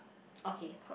okay